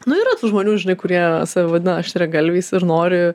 nu yra tų žmonių žinai kurie save vadina aštriagalviais ir nori